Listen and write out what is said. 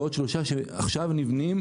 ועוד שלושה שנבנים עכשיו,